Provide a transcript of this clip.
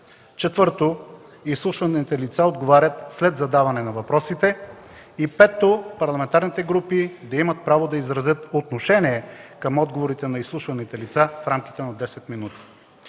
4. Изслушваните лица отговарят след задаване на въпросите. 5. Парламентарните групи да имат право да изразят отношение към отговорите на изслушваните лица в рамките на 10 минути.”